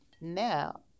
now